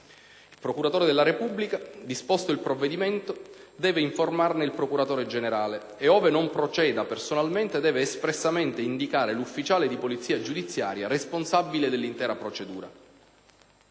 Il procuratore della Repubblica, disposto il provvedimento, deve informarne il procuratore generale e, ove non proceda personalmente, deve espressamente indicare l'ufficiale di polizia giudiziaria responsabile dell'intera procedura.